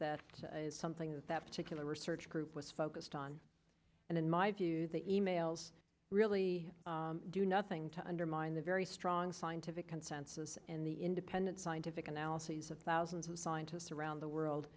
that is something that particular research group was focused on and in my view the emails really do nothing to undermine the very strong scientific consensus in the independent scientific analyses of thousands of scientists around the world